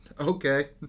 Okay